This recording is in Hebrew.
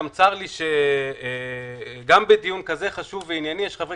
צר לי שגם בדיון חשוב כזה וענייני יש חברי